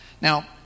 Now